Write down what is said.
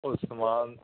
ਉਹ ਸਮਾਨ